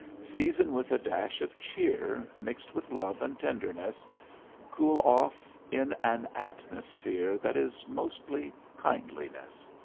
season with a dash of cheer, mixed with love and tenderness cool off in an atmosphere that is mostly kindliness.